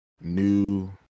new